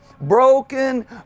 broken